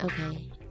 Okay